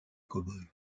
cowboys